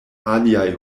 aliaj